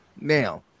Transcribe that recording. Now